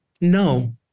No